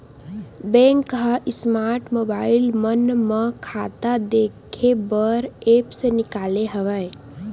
bank ह smart mobile मन म खाता देखे बर ऐप्स निकाले हवय